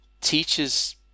teachers